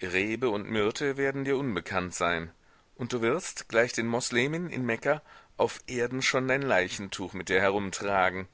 rebe und myrte werden dir unbekannt sein und du wirst gleich den moslemin in mekka auf erden schon dein leichentuch mit dir herumtragen